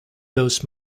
those